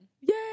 Yay